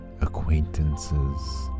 acquaintances